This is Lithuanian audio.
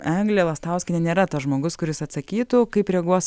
eglė lastauskienė nėra tas žmogus kuris atsakytų kaip reaguos